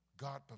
God